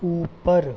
ऊपर